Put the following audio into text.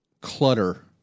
clutter